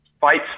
fights